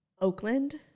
Oakland